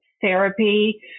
therapy